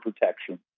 protection